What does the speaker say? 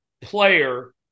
player